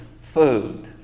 food